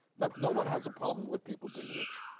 no no one has a problem with people being rich,